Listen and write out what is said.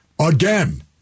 again